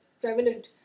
prevalent